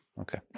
Okay